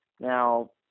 Now